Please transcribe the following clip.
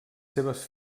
seves